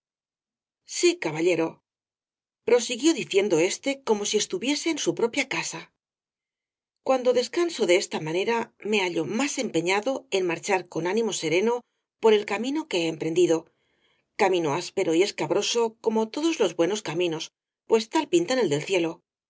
sí caballero prosiguió diciendo éste como si rosalía de castro estuviese en su propia casa cuando descanso de esta manera me hallo más empeñado en marchar con ánimo sereno por el camino que he emprendido camino áspero y escabroso como todos los buenos caminos pues tal pintan el del cielo